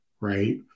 Right